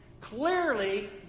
Clearly